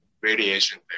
radiation